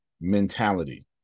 mentality